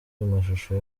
amashusho